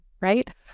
right